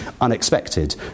unexpected